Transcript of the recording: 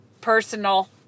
personal